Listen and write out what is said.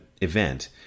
event